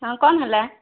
ହଁ କ'ଣ ହେଲା